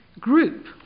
group